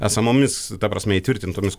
esamomis ta prasme įtvirtintomis